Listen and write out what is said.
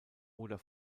oder